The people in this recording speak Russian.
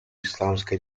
исламской